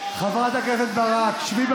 בעד סימון